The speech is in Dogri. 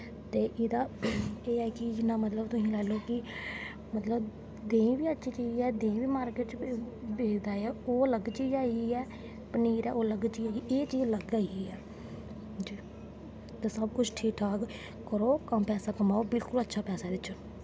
ते एह्दा एह् ऐ कि तुस लाई लैओ कि मतलब देहीं बी अच्छी चीज ऐ देहीं बी मार्किट बिच्च बिकदा ऐ ओह् अलग चीज आई गेई ऐ पनीर अलग चीज ऐ एह् अलग चीज आई गेई ऐ ते सब कुछ ठीक ठाक करो पैहा कमाओ बिल्कुल अच्छा पैसा ऐ एह्दे च